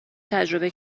تجربه